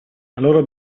allora